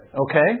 Okay